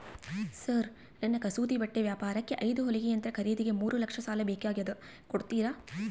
Sir ನನ್ನ ಕಸೂತಿ ಬಟ್ಟೆ ವ್ಯಾಪಾರಕ್ಕೆ ಐದು ಹೊಲಿಗೆ ಯಂತ್ರ ಖರೇದಿಗೆ ಮೂರು ಲಕ್ಷ ಸಾಲ ಬೇಕಾಗ್ಯದ ಕೊಡುತ್ತೇರಾ?